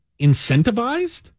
incentivized